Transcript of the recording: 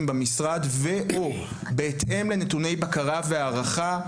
במשרד ו/או בהתאם לנתוני בקרה והערכה,